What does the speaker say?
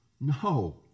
No